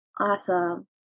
Awesome